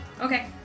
Okay